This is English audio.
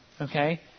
okay